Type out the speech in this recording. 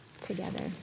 together